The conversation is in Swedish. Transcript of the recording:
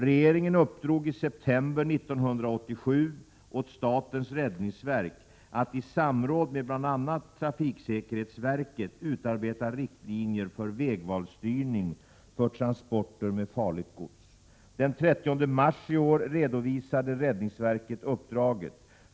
Regeringen uppdrog i september 1987 åt statens räddningsverk att i samråd med bl.a. trafiksäkerhetsverket utarbeta riktlinjer för vägvalsstyrning för transporter med farligt gods. Den 30 mars i år redovisade räddningsverket uppdraget.